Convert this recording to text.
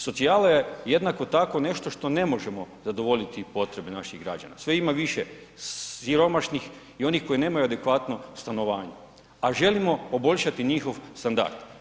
Socijala je jednako tako nešto što ne možemo zadovoljiti potrebe naših građana, sve ima više siromašnih i oni koji nemaju adekvatno stanovanje, a želimo poboljšati njihov standard.